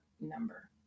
number